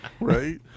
right